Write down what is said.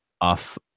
off